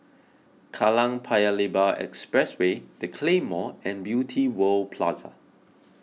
Kallang Paya Lebar Expressway the Claymore and Beauty World Plaza